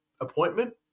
appointment